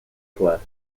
class